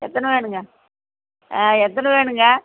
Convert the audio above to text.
எத்தனை வேணுங்க ஆ எத்தனை வேணுங்க